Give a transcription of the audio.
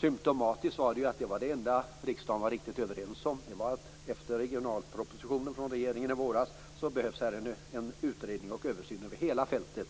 Symtomatiskt är att det enda som riksdagen var riktigt överens om efter den regionalpolitiska propositionen i våras var att det behövdes en utredning och översyn över hela fältet,